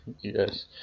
Yes